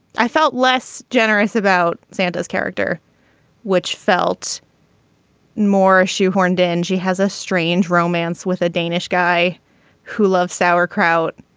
i felt less generous about sandy's character which felt more shoehorned in. she has a strange romance with a danish guy who loves sauerkraut.